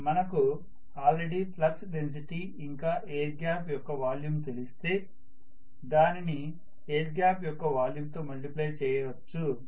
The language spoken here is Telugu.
మనకు ఆల్రెడీ ఫ్లక్స్ డెన్సిటీ ఇంకా ఎయిర్ గ్యాప్ యొక్క వాల్యూమ్ తెలిస్తే దానిని ఎయిర్ గ్యాప్ యొక్క వాల్యూమ్ తో మల్టిప్లై చేయొచ్చు